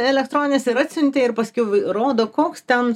elektroninės ir atsiuntė ir paskiau rodo koks ten